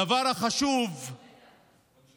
בדבר החשוב אנחנו,